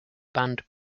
band